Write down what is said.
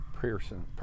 Pearson